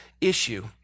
issue